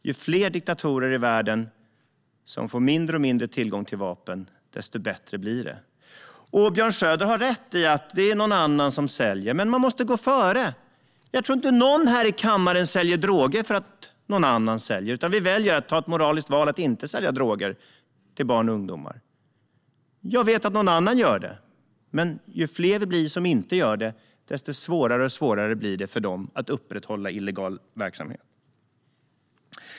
Ju fler diktatorer i världen som får mindre och mindre tillgång till vapen, desto bättre blir det. Björn Söder har rätt i att det är någon annan som säljer, men man måste gå före! Jag tror inte att någon här i kammaren säljer droger för att någon annan annars säljer, utan vi gör det moraliska valet att inte sälja droger till barn och ungdomar. Jag vet att någon annan gör det, men ju fler det blir som inte gör det, desto svårare blir det för övriga att upprätthålla illegal verksamhet.